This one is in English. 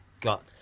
got